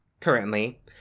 currently